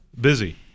Busy